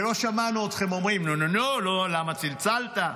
ולא שמענו אתכם אומרים: נו-נו-נו, למה צלצלת?